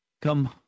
Come